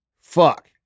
Fuck